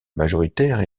majoritaire